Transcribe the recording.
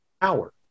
power